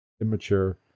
immature